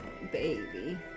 Baby